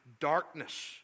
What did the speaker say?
darkness